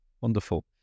Wonderful